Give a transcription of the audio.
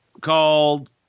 called